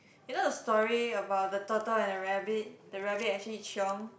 you know the story about the turtle and the rabbit the rabbit actually chiong